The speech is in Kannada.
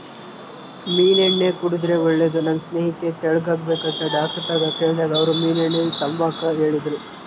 ಮೀನೆಣ್ಣೆ ಕುಡುದ್ರೆ ಒಳ್ಳೇದು, ನನ್ ಸ್ನೇಹಿತೆ ತೆಳ್ಳುಗಾಗ್ಬೇಕಂತ ಡಾಕ್ಟರ್ತಾಕ ಕೇಳ್ದಾಗ ಅವ್ರು ಮೀನೆಣ್ಣೆ ತಾಂಬಾಕ ಹೇಳಿದ್ರು